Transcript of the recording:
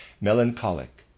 Melancholic